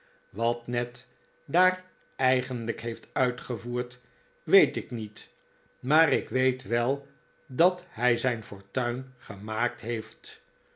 wat ned daar eigenlijk heeft uitgevoerd weet ik niet maar ik weet wel dat hij zijn fortuin gemaakt heeft